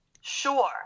Sure